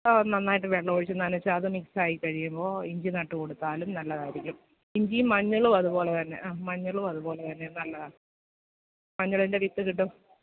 നന്നായിട്ട് വെള്ളമൊഴിച്ച് നനച്ച് അത് മിക്സായി കഴിയുമ്പോൾ ഇഞ്ചി നട്ടു കൊടുത്താലും നല്ലതായിരിക്കും ഇഞ്ചി മഞ്ഞളുമതുപോലെ തന്നെ ആ മഞ്ഞളുമതുപോലെ തന്നെ നല്ലതാ മഞ്ഞളിൻ്റെ വിത്ത് കിട്ടും